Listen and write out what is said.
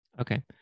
Okay